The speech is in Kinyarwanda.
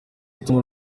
ituma